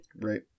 Right